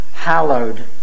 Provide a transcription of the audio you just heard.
hallowed